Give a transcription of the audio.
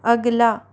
अगला